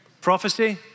prophecy